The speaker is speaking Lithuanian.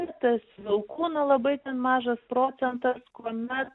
tirtas vilkų na labai ten mažas procentas kuome